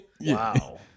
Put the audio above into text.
Wow